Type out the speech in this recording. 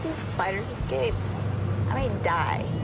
spiders escapes, i might die.